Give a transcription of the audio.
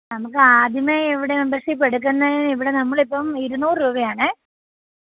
ആ മു നമുക്ക് ആദ്യമേ ഇവിടെ മെമ്പർഷിപ്പെടുക്കുന്നതിന് ഇവിടെ നമ്മളിപ്പം ഇരുന്നൂറ് രൂപയാണ്